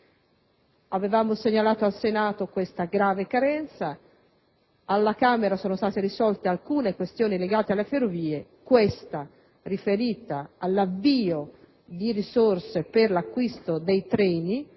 Avevamo segnalato al Senato questa grave carenza. Alla Camera sono state risolte alcune questioni legate alle ferrovie, ma quella riferita all'avvio di risorse per l'acquisto dei treni